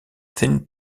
think